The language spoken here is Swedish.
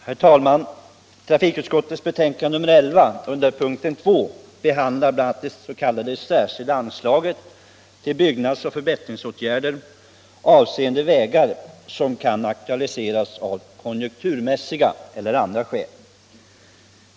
Herr talman! Trafikutskottets betänkande nr 11 behandlar under punkten 2 bl.a. det s.k. särskilda anslaget till byggnadsoch förbättringsåtgärder, avseende vägar, som kan aktualiseras av konjunkturmässiga eller andra skäl.